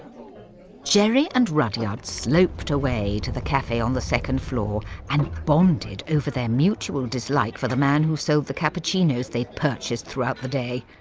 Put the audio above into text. jerry and rudyard sloped away to the cafe on the second floor and bonded over their mutual dislike for the man who sold the cappuccinos they purchased throughout the day.